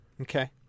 Okay